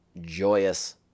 joyous